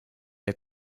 der